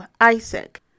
Isaac